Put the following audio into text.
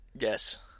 Yes